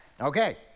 Okay